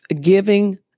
giving